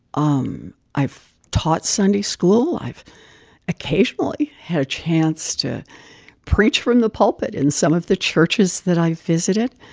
um i've taught sunday school. i've occasionally had a chance to preach from the pulpit in some of the churches that i've visited.